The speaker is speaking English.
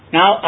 Now